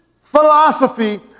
philosophy